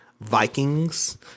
Vikings